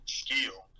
skill